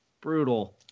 Brutal